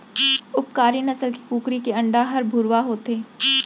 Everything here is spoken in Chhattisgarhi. उपकारी नसल के कुकरी के अंडा हर भुरवा होथे